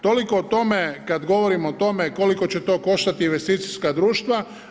Toliko o tome, kada govorim o tome, koliko će to koštati investicijska druš6tva.